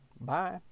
Bye